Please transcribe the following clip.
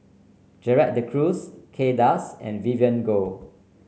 Gerald De Cruz Kay Das and Vivien Goh